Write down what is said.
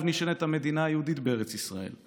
נשענת המדינה היהודית בארץ ישראל,